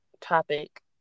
topic